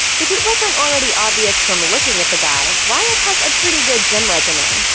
if it wasn't already obvious from looking at the guy, wyatt has a pretty good gym regimen.